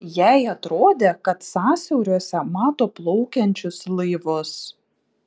jai atrodė kad sąsiauriuose mato plaukiančius laivus